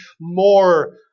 more